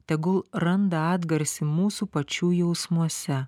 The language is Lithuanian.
tegul randa atgarsį mūsų pačių jausmuose